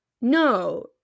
no